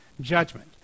judgment